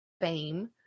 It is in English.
fame